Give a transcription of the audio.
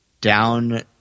down